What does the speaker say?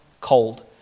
cold